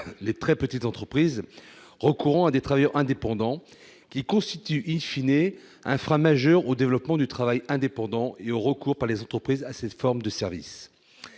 les très petites entreprises recourant à des travailleurs indépendants, ce qui constitue un frein majeur au développement du travail indépendant et au recours par les entreprises à cette forme de service.